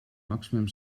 maximum